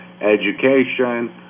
education